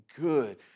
good